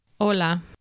Hola